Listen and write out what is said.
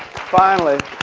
finally,